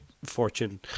fortune